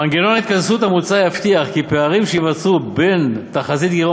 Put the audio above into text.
מנגנון ההתכנסות המוצע יבטיח כי פערים שייווצרו בין תחזית הגירעון